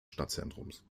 stadtzentrums